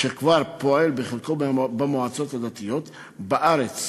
שכבר פועלת בחלק מהמועצות הדתיות בארץ,